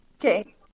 Okay